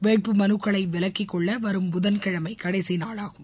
வேட்புமனுக்களை விலக்கிக்கொள்ள வரும் புதன்கிழமை கடைசிநாளாகும்